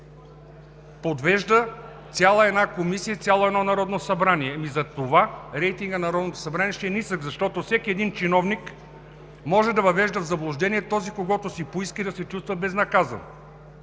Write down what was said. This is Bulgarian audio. подвежда цяла една Комисия, цяло едно Народно събрание? Ами затова рейтингът на Народното събрание ще е нисък, защото всеки един чиновник може да въвежда в заблуждение този, когото си поиска, и да се чувства безнаказано.